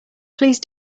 please